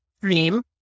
dream